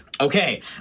Okay